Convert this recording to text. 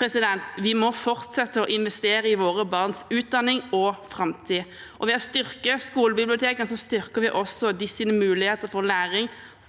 resultater. Vi må fortsette å investere i våre barns utdanning og framtid, og ved å styrke skolebibliotekene styrker vi også deres muligheter for læring